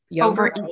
over